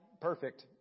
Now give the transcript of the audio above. perfect